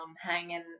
hanging